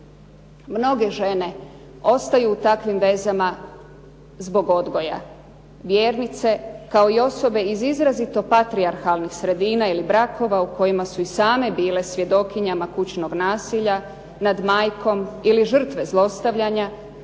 Mnoge žene ostaju u takvim vezama zbog odgoja, vjernice, kao i osobe iz izrazito patrijarhalnih sredina ili brakova u kojima su i same bile svjedokinjama kućnog nasilja nad majkom ili žrtve zlostavljanja,